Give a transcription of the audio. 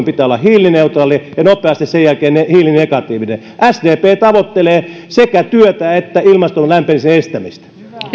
pitää olla hiilineutraali ja nopeasti sen jälkeen hiilinegatiivinen sdp tavoittelee sekä työtä että ilmaston lämpenemisen estämistä